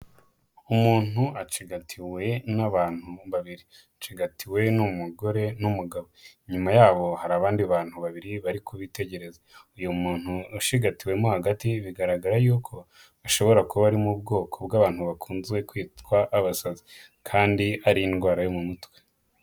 Umuntu acigatiwe n'abantu babiri, acigatiwe n'umugore n'umugabo. Inyuma yabo hari abantu bariri bari kubitegereza. Uyu muntu ushigatiwe mo hagati biragaragara ko ashobora kuba ari mu bwoko bw'abantu bakunze kwita abasazi, kandi ari indwara yo mumutwe.